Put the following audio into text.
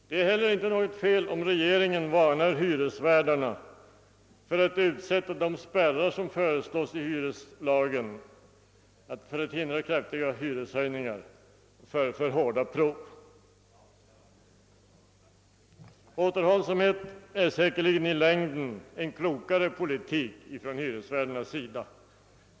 Det är heller inget fel om regeringen varnar hyresvärdarna för att utsätta de spärrar mot kraftiga hyreshöjningar, som föreslås i hyreslagen, för alltför hårda prov. Återhållsamhet är säkerligen i längden en klokare politik från hyresvärdarnas sida.